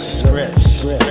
scripts